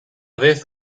vez